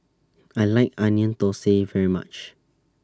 I like Onion Thosai very much